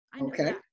Okay